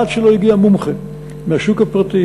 עד שלא הגיע מומחה מהשוק הפרטי,